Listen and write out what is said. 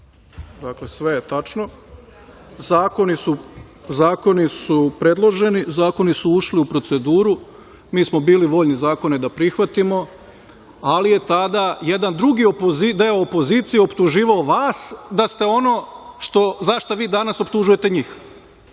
Dakle, sve je tačno. Zakoni su predloženi, Zakoni su ušli u proceduru. Mi smo bili voljni zakone da prihvatimo, ali je tada jedan drugi deo opozicije optuživao vas da ste ono za šta vi optužujete njih. Mi